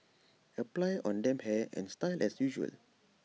apply on damp hair and style as usual